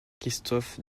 christophe